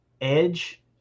edge